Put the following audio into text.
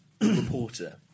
reporter